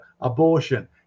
abortion